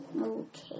Okay